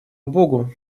богу